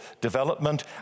Development